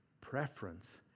preference